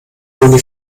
toni